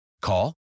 call